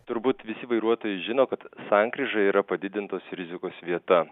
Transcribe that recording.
turbūt visi vairuotojai žino kad sankryža yra padidintos rizikos vieta